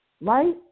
right